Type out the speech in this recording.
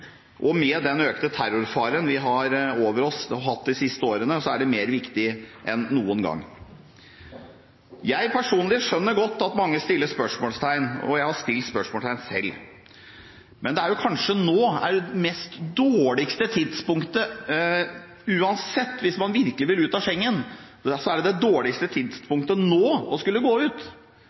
land. Med den økte terrorfaren vi har hatt over oss de siste årene, er det viktigere enn noen gang. Jeg personlig skjønner godt at mange stiller spørsmål, og jeg har stilt spørsmål selv, men uansett, hvis man virkelig vil ut av Schengen, er det kanskje det dårligste tidspunktet å gå ut